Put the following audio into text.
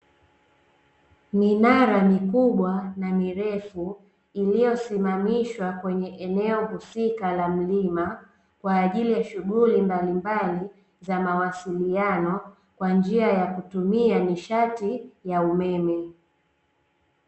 Minara mikubwa na mirefu, iliyosimamishwa kwenye eneo husika la mlima, kwa ajili ya shughuli mbalimbali za mawasiliano, kwa njia ya kutumia nishati ya umeme.